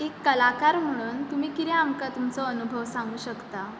एक कलाकार म्हणून तुमी कितें आमकां तुमचो अनुभव सांगूक शकतात